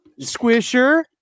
squisher